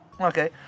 okay